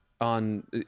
on